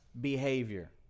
behavior